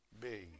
big